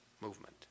movement